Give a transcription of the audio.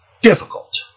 difficult